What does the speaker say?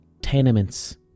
tenements